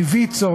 מוויצו,